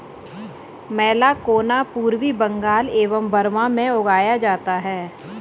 मैलाकोना पूर्वी बंगाल एवं बर्मा में उगाया जाता है